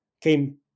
came